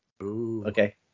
Okay